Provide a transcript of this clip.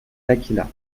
laqhila